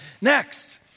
Next